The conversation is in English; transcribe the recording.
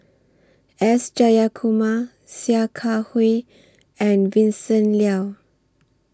S Jayakumar Sia Kah Hui and Vincent Leow